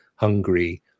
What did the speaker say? Hungary